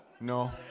no